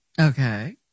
Okay